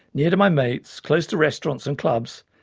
near to my mates, close to restaurants and clubs.